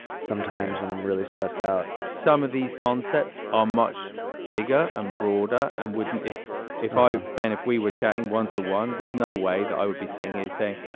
sometimes when i'm really stressed out some of these concepts are much bigger and broader. and wouldn't if if i. ben, if we were chatting one to one, there's no way that i would be sitting here saying,